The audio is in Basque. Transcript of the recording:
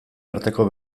arteko